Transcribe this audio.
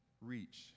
reach